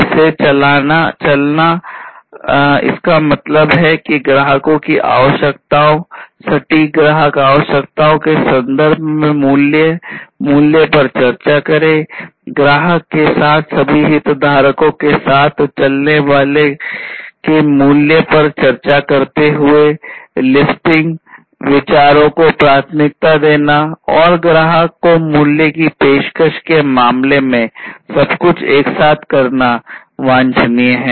इसे चलना इसका मतलब है कि ग्राहकों की आवश्यकताओं सटीक ग्राहक आवश्यकताओं के संदर्भ में मूल्य मूल्य पर चर्चा करें ग्राहक के साथ सभी हितधारकों के साथ चलने वालों के मूल्य पर चर्चा करते हुए लिस्टिंग विचारों को प्राथमिकता देना और ग्राहक को मूल्य की पेशकश के मामले में सब कुछ एक साथ करना वांछनीय है